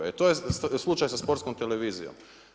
E to je slučaj sa Sportskom televizijom.